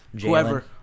whoever